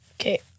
Okay